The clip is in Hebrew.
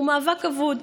הוא מאבק אבוד.